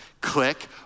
click